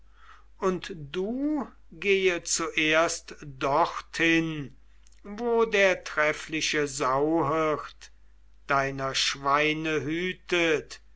verließest hierauf gehe zuerst dorthin wo der treffliche sauhirt deiner schweine hütet